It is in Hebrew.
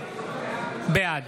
בעד